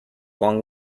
long